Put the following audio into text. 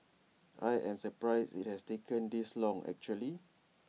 I am surprised IT has taken this long actually